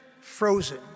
frozen